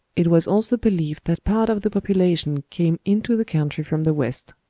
it was also believed that part of the population came into the country from the west.